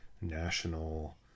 national